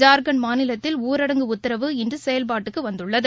ஜார்க்கண்ட் மாநிலத்தில ஊரடங்கு உத்தரவு இன்றுசெயல்பாட்டுக்குவந்துள்ளது